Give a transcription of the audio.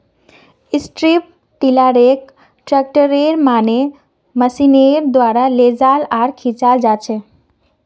strip टीलारक ट्रैक्टरेर मन मशीनेर द्वारा लेजाल आर खींचाल जाछेक